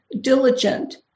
diligent